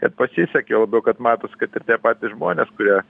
kad pasisekė juo labiau kad matos kad ir tie patys žmonės kurie